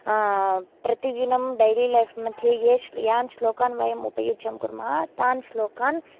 प्रतिदिनं डेलिलइफ़् मध्ये ये यान् श्लोकान् वयम् उपयुज्यं कुर्मः तान् श्लोकान्